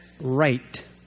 right